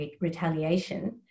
retaliation